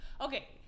Okay